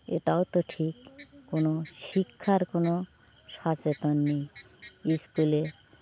এটাও তো ঠিক কোনো শিক্ষার কোনো সচেতন নেই স্কুলে